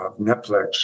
Netflix